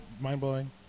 mind-blowing